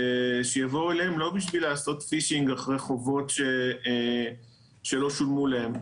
שיבואו אליהם לא בשביל לעשות פישינג אחרי חובות שלא שולמו להם.